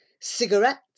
cigarettes